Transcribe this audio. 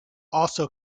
also